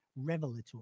Revelatory